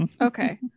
Okay